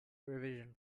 revision